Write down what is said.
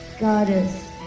goddess